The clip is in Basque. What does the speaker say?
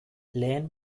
lehen